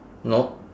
nope